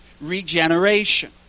regeneration